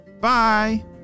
bye